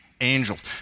angels